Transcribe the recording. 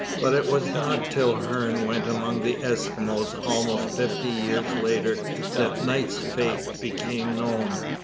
but it was not till hearne went among the eskimos almost fifty years later that knight's fate became known.